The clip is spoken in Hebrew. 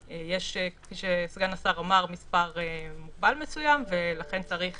כפי שסגן השר אמר יש מספר מוגבל, ולכן צריך